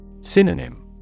Synonym